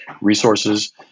resources